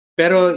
pero